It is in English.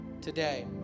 today